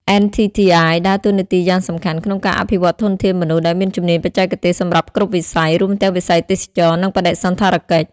NTTI ដើរតួនាទីយ៉ាងសំខាន់ក្នុងការអភិវឌ្ឍធនធានមនុស្សដែលមានជំនាញបច្ចេកទេសសម្រាប់គ្រប់វិស័យ រួមទាំងវិស័យទេសចរណ៍ និងបដិសណ្ឋារកិច្ច។